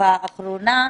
בתקופה האחרונה.